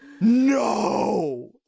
no